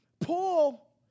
Paul